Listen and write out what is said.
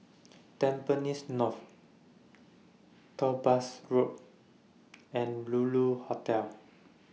Tampines North Topaz Road and Lulu Hotel